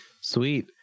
Sweet